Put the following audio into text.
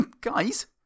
Guys